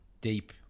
deep